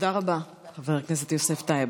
תודה רבה, חבר הכנסת יוסף טייב.